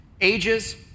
ages